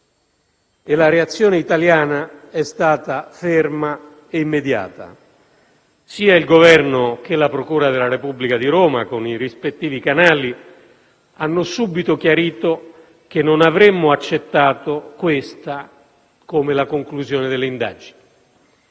e la reazione italiana è stata ferma e immediata. Sia il Governo che la procura della Repubblica di Roma, con i rispettivi canali, hanno subito chiarito che non avremmo accettato questa come la conclusione dell'indagine.